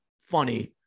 funny